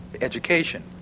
education